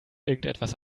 irgendetwas